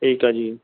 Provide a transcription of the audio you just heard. ਠੀਕ ਹੈ ਜੀ